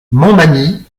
montmagny